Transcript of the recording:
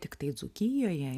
tiktai dzūkijoje